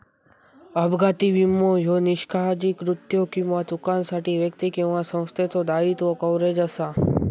अपघाती विमो ह्यो निष्काळजी कृत्यो किंवा चुकांसाठी व्यक्ती किंवा संस्थेचो दायित्व कव्हरेज असा